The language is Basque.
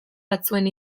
batzuen